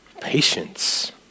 patience